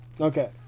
Okay